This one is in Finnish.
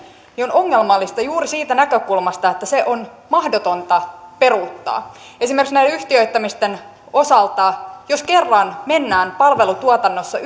ovat ongelmallisia juuri siitä näkökulmasta että ne on mahdotonta peruuttaa esimerkiksi näiden yhtiöittämisten osalta jos kerran mennään palvelutuotannossa